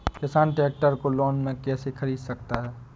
किसान ट्रैक्टर को लोन में कैसे ख़रीद सकता है?